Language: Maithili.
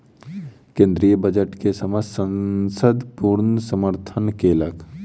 केंद्रीय बजट के समस्त संसद पूर्ण समर्थन केलक